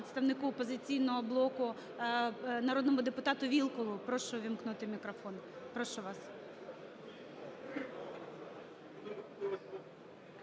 представнику "Опозиційного блоку" народному депутатуВілкулу. Прошу ввімкнути мікрофон. Прошу вас.